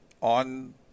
on